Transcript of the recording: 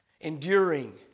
enduring